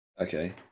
Okay